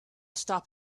stop